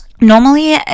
normally